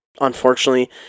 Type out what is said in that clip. unfortunately